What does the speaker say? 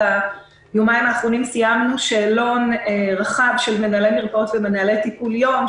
ביומיים האחרונים סיימנו שאלון רחב של מנהלי מרפאות ומנהלי טיפול יום,